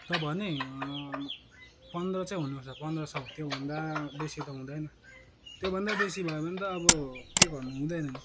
तँ भन् है पन्ध्र चाहिँ हुनु पर्छ पन्ध्र सय त्योभन्दा बेसी त हुँदैन त्योभन्दा बेसी भयो भने त अब के गर्नु हुँदैन नि